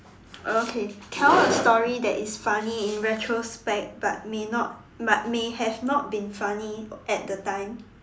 okay tell a story that is funny in retrospect but may not but may have not been funny at the time